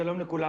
שלום לכולם.